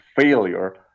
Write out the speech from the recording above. failure